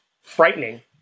frightening